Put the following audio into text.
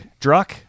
Druck